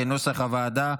כנוסח הוועדה.